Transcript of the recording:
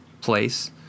place